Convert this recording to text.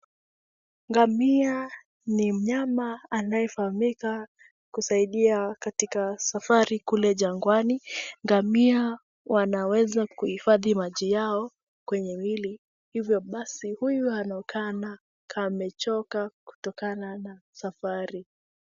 Ngamia ni mnyama anayefahamika kusaidia katika kusaidia safari kule njangw'ani. Ngamia wanaweza kuhifadhi maji yao kwenye miili hivyo basi huyo anaonekana kaa amechoka kutokana na safari.